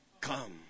come